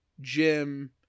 Jim